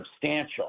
substantial